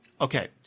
Okay